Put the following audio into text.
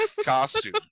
costume